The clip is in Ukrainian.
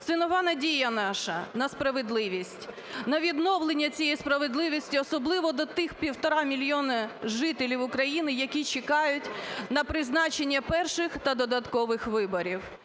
Це нова надія наша на справедливість, на відновлення цієї справедливості особливо для тих 1,5 мільйони жителів України, які чекають на призначення перших та додаткових виборів.